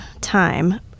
time